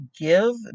give